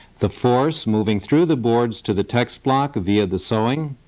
the force moving through the boards to the text block via the sewing,